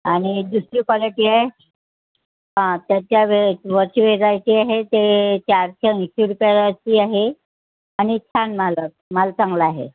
आणि दुसरी क्वालिटी आहे त्याच्यावे वरची वेराइटी आहे ते चारशे ऐंशी रुपयाची आहे आणि छान माल माल चांगला आहे